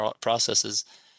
processes